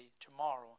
tomorrow